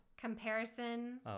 Comparison